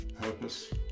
purpose